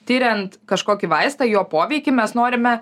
tiriant kažkokį vaistą jo poveikį mes norime